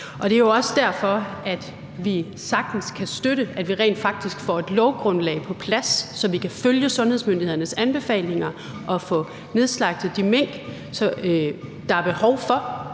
Det er jo også derfor, at vi sagtens kan støtte, at vi rent faktisk får et lovgrundlag på plads, så vi kan følge sundhedsmyndighedernes anbefalinger og få nedslagtet de mink, der er behov for,